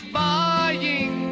buying